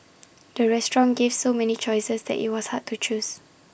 the restaurant gave so many choices that IT was hard to choose